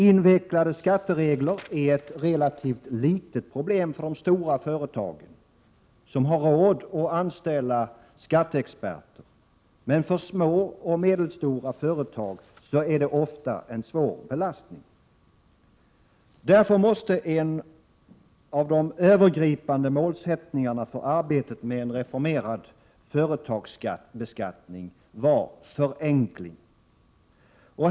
Invecklade skatteregler är ett relativt litet problem för de stora företagen, som har råd att anställa skatteexperter. För små och medelstora företag är det dock ofta en svår belastning. En av de övergripande målsättningarna för arbetet med en reformerad företagsbeskattning måste därför vara förenkling.